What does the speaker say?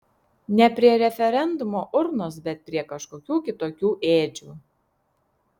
ne prie referendumo urnos bet prie kažkokių kitokių ėdžių